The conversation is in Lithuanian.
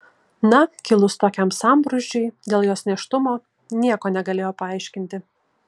na kilus tokiam sambrūzdžiui dėl jos nėštumo nieko negalėjo paaiškinti